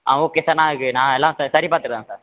ஆ okay sir நாளைக்கு நான் எல்லாம் ச சரி பார்த்துட்றேன் சார்